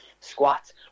squats